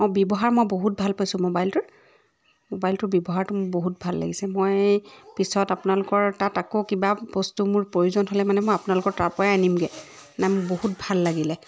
অঁ ব্যৱহাৰ মই বহুত ভল পাইছোঁ মোবাইলটোৰ মোবাইলটোৰ ব্যৱহাৰ মোৰ বহুত ভাল লাগিছে মই পিছত আপোনালোকৰ তাত আকৌ কিবা বস্তু মোৰ প্ৰয়োজন হ'লে মই আপোনালোকৰ তাৰ পৰাই আনিমগৈ মানে মোৰ বহুত ভাল লাগিলে